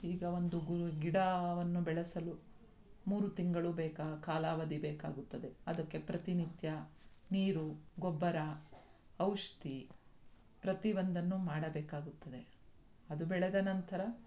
ಈಗ ಒಂದು ಗಿಡವನ್ನು ಬೆಳೆಸಲು ಮೂರು ತಿಂಗಳು ಬೇಕು ಕಾಲಾವಧಿ ಬೇಕಾಗುತ್ತದೆ ಅದಕ್ಕೆ ಪ್ರತಿನಿತ್ಯ ನೀರು ಗೊಬ್ಬರ ಔಷಧಿ ಪ್ರತಿಯೊಂದನ್ನು ಮಾಡಬೇಕಾಗುತ್ತದೆ ಅದು ಬೆಳೆದ ನಂತರ